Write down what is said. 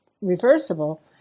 reversible